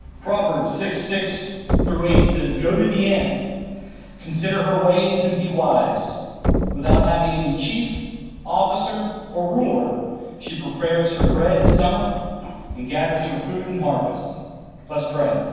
proverbs six six through eight says go to the end consider her ways and be wise without having any chief officer or ruler she prepares her bread and summer and gathers her food and harvest let's pray